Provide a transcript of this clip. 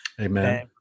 Amen